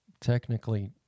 technically